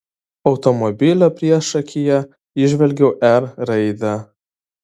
automobilio priešakyje įžvelgiau r raidę